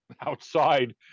outside